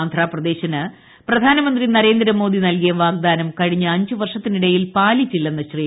ആന്ധ്രാപ്രദേശിന് പ്രധാനമന്ത്രി നരേന്ദ്രമോദി നൽകിയ വാഗ്ദാനം കഴിഞ്ഞ അഞ്ച് വർഷത്തിനിടയിൽ പാലിച്ചില്ലെന്ന് ശ്രീ